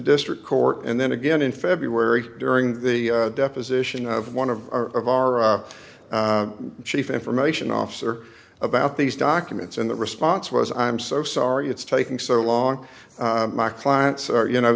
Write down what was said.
district court and then again in february during the deposition of one of our of our chief information officer about these documents and the response was i'm so sorry it's taking so long my clients are you